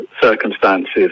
circumstances